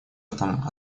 этом